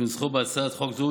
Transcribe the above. שנוסחו בהצעת חוק זו,